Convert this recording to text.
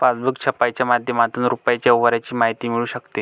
passbook छपाईच्या माध्यमातून रुपयाच्या व्यवहाराची माहिती मिळू शकते